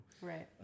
Right